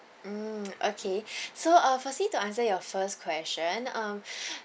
mm okay so uh firstly to answer your first question um